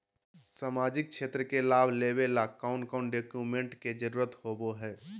सामाजिक क्षेत्र के लाभ लेबे ला कौन कौन डाक्यूमेंट्स के जरुरत होबो होई?